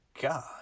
God